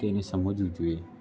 તેને સમજવું જોઈએ